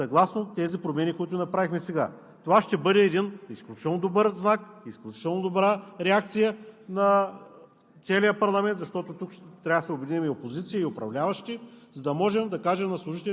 за да могат всички служители, които полагат извънреден труд, да бъдат заплатени съгласно тези промени, които направихме сега. Това ще бъде изключително добър знак, изключително добра реакция на